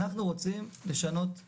אנחנו רוצים לשנות התנהלות,